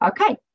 Okay